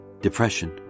depression